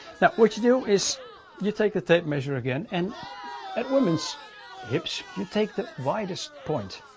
now what you do is you take the tape measure again and at women's hips, you take the widest point